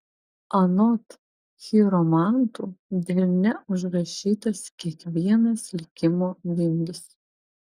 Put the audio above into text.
anot chiromantų delne užrašytas kiekvienas likimo vingis